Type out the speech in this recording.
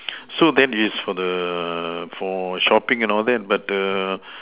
so that is for the for shopping and all that but